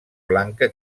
blanca